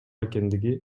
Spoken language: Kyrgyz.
экендиги